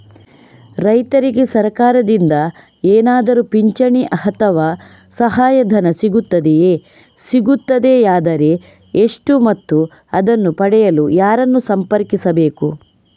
ರೈತರಿಗೆ ಸರಕಾರದಿಂದ ಏನಾದರೂ ಪಿಂಚಣಿ ಅಥವಾ ಸಹಾಯಧನ ಸಿಗುತ್ತದೆಯೇ, ಸಿಗುತ್ತದೆಯಾದರೆ ಎಷ್ಟು ಮತ್ತು ಅದನ್ನು ಪಡೆಯಲು ಯಾರನ್ನು ಸಂಪರ್ಕಿಸಬೇಕು?